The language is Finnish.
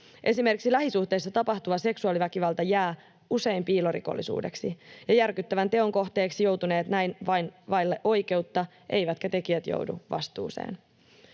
Esimerkiksi lähisuhteissa tapahtuva seksuaaliväkivalta jää usein piilorikollisuudeksi ja järkyttävän teon kohteeksi joutuneet näin vaille oikeutta, eivätkä tekijät joudu vastuuseen.